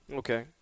Okay